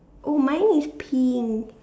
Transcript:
oh mine is pink